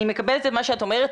אני מקבלת את מה שאת אומרת.